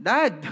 Dad